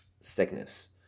sickness